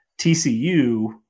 TCU